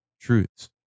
truths